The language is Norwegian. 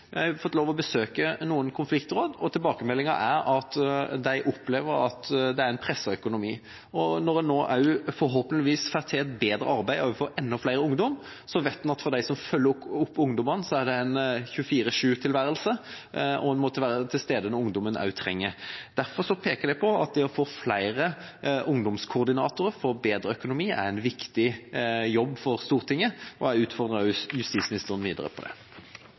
Jeg har fått lov til å besøke noen konfliktråd, og tilbakemeldingene er at de opplever at de har en presset økonomi. Når en nå forhåpentligvis også får til et bedre arbeid overfor enda flere ungdommer, vet en at for de som følger opp ungdommene, er det en 24/7-tilværelse, og en må være til stede når ungdommene trenger det. Derfor pekes det på at det å få flere ungdomskoordinatorer og bedre økonomi er en viktig jobb for Stortinget, og jeg utfordrer justisministeren videre på det.